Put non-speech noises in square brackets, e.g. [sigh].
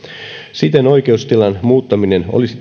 siten oikeustilan muuttaminen olisi [unintelligible]